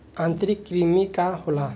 आंतरिक कृमि का होला?